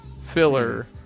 filler